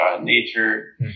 nature